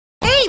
Hey